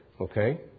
okay